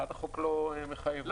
החוק לא מחייב.